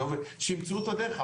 שימצאו את הדרך,